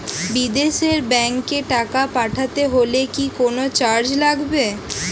বিদেশের ব্যাংক এ টাকা পাঠাতে হলে কি কোনো চার্জ লাগবে?